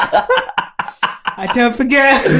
i i don't forget